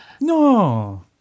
No